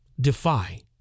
defy